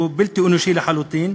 שהוא בלתי אנושי לחלוטין.